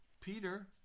Peter